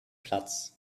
platz